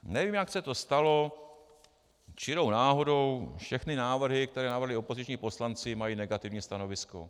Nevím, jak se to stalo, čirou náhodou všechny návrhy, které navrhli opoziční poslanci, mají negativní stanovisko.